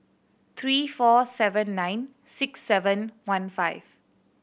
three four seven nine six seven one five